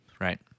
right